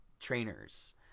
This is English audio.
trainers